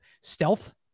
stealth